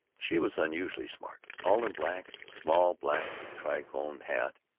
she was unusually smart, all in black small black tricorne hat,